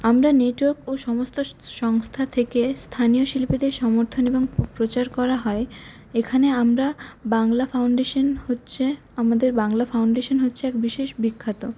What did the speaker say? আমরা নেটওয়ার্ক ও সমস্ত সংস্থা থেকে স্থানীয় শিল্পীদের সমর্থন এবং প্রচার করা হয় এখানে আমরা বাংলা ফাউন্ডেশন হচ্ছে আমাদের বাংলা ফাউন্ডেশন হচ্ছে এক বিশেষ বিখ্যাত